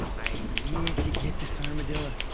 i need to get this armadillo.